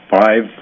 five